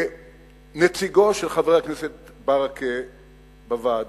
כנציגו של חבר הכנסת ברכה בוועדה.